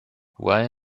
why